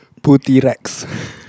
Putirex